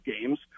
games